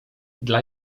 dla